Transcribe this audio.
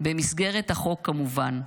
במסגרת החוק, כמובן.